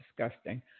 disgusting